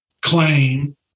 claim